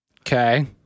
Okay